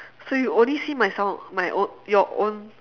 so you only see my sound my own your own